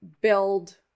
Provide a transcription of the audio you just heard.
build